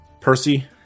Percy